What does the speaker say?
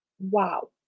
wow